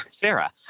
Sarah